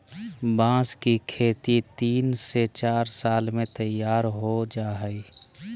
बांस की खेती तीन से चार साल में तैयार हो जाय हइ